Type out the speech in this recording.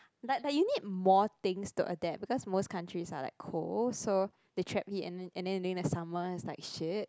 like like you need more things to adapt because most countries are like cold so they trap heat and then and then during the summer is like shit